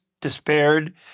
despaired